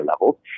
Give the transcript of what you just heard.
level